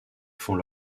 font